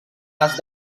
les